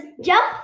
jump